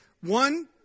one